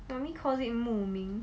mummy call it 目冥